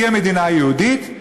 תהיה מדינה יהודית,